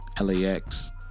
lax